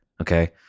Okay